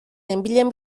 nenbilen